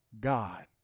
God